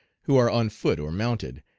who are on foot or mounted,